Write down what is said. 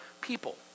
people